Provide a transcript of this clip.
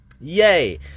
yay